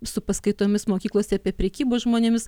su paskaitomis mokyklose apie prekybą žmonėmis